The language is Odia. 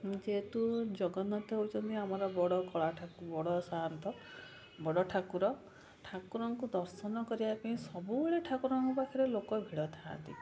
ଯେହେତୁ ଜଗନ୍ନାଥ ହେଉଛନ୍ତି ଆମର ବଡ଼ କଳା ସାଆନ୍ତ ବଡ଼ ଠାକୁର ଠାକୁରଙ୍କୁ ଦର୍ଶନ କରିବା ପାଇଁ ସବୁବେଳେ ଠାକୁରଙ୍କ ପାଖରେ ଲୋକ ଭିଡ଼ ଥାଆନ୍ତି